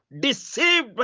deceived